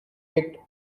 picked